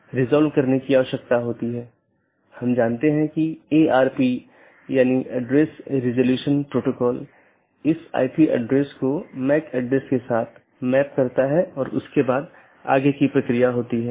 किसी भी ऑटॉनमस सिस्टमों के लिए एक AS नंबर होता है जोकि एक 16 बिट संख्या है और विशिष्ट ऑटोनॉमस सिस्टम को विशिष्ट रूप से परिभाषित करता है